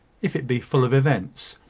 if it be full of events,